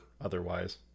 otherwise